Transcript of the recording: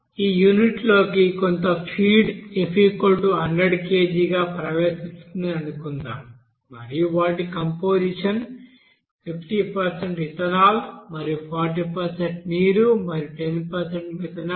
ఈ యూనిట్లో కొంత ఫీడ్ F100kg గా ప్రవేశిస్తుందని అనుకుందాం మరియు వాటి కంపొజిషన్ 50 ఇథనాల్ మరియు 40 నీరు మరియు 10 మిథనాల్